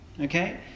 okay